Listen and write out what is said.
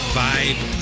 vibe